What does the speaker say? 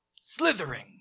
slithering